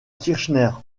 kirchner